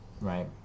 Right